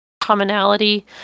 commonality